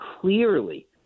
clearly